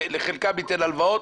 לחלקן ניתן הלוואות,